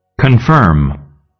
Confirm